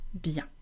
bien